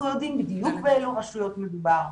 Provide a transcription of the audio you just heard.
אנחנו יודעים בדיוק באלו רשויות מדובר,